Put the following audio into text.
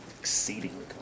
exceedingly